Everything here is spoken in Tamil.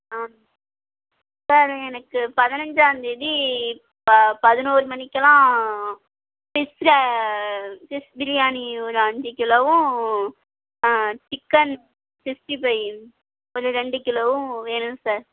ஆ சார் எனக்கு பதினைஞ்சாந்தேதி பதினொரு மணிக்கெல்லாம் ஃபிஷ்ஷில் ஃபிஷ் பிரியாணி ஒரு அஞ்சு கிலோவும் சிக்கன் சிக்ஸ்டி ஃபை ஒரு ரெண்டு கிலோவும் வேணும் சார்